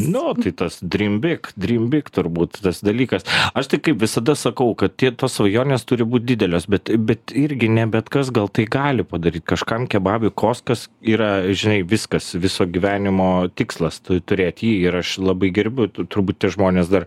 nu tai tas dream big dream big turbūt tas dalykas aš tai kaip visada sakau kad tie tos svajonės turi būt didelės bet bet irgi ne bet kas gal tai gali padaryt kažkam kebabų kioskas yra žinai viskas viso gyvenimo tikslas turėt jį ir aš labai gerbiu tu turbūt tie žmonės dar